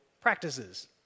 practices